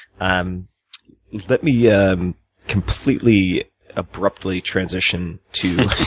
um let me yeah completely abruptly transition to